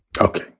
Okay